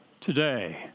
today